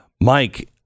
mike